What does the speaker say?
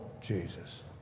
Jesus